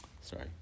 sorry